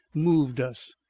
moved us,